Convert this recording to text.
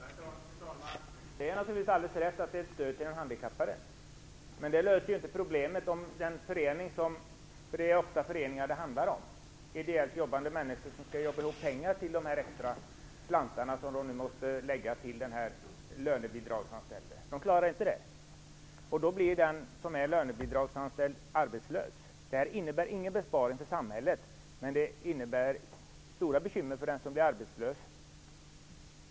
Fru talman! Det är naturligtvis rätt att det är ett stöd till de handikappade. Men det löser inte problemet. Det handlar ofta om ideellt arbetande föreningar som då skall få ihop de extra pengarna till den anställde. Det klarar de inte. Den som är lönebidragsanställd blir då arbetslös. Det innebär ingen besparing för samhället, men det innebär stora bekymmer för den som blir arbetslös.